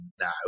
now